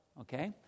okay